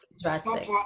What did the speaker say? drastic